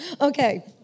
Okay